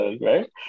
right